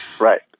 Right